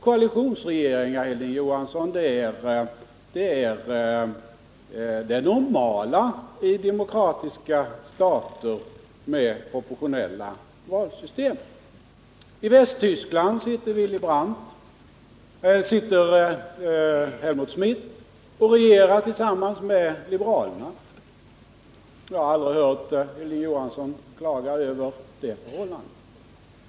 Koalitionsregeringar är det normala i demokratiska stater med proportionella valsystem. I Västtyskland regerar Helmut Schmidt tillsammans med liberalerna —-jag har aldrig hört Hilding Johansson klaga över det förhållandet.